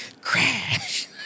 crash